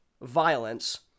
violence